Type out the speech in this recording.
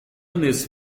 نصف